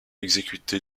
exécuté